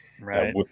right